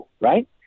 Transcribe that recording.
right